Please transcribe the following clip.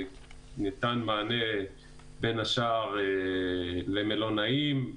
ניתן מענה בין השאר למלונאים,